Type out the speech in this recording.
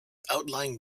outlying